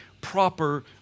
proper